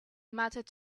mattered